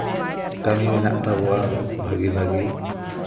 ᱠᱟᱹᱢᱤ ᱢᱮᱱᱟᱜ ᱛᱟᱵᱚᱣᱟ ᱵᱷᱟᱹᱜᱤ ᱵᱷᱟᱹᱜᱤ